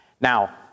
Now